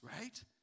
right